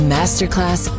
Masterclass